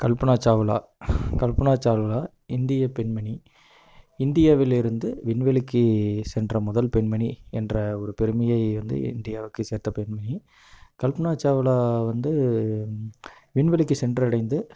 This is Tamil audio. கல்பனா சாவ்லா கல்பனா சாவ்லா இந்தியப் பெண்மணி இந்தியாவிலிருந்து விண்வெளிக்கு சென்ற முதல் பெண்மணி என்ற ஒரு பெருமையை வந்து இந்தியாவுக்குச் சேர்த்த பெண்மணி கல்பனா சாவ்லா வந்து விண்வெளிக்கு சென்றடைந்து